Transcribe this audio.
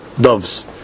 doves